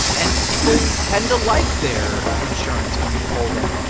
and people tend to like their insurance when you poll them.